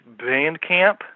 Bandcamp